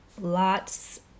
Lots